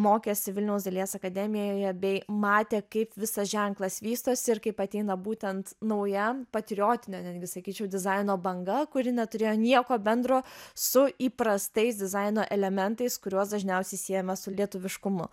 mokėsi vilniaus dailės akademijoje bei matė kaip visas ženklas vystosi ir kaip ateina būtent nauja patriotinio netgi sakyčiau dizaino banga kuri neturėjo nieko bendro su įprastais dizaino elementais kuriuos dažniausiai siejame su lietuviškumu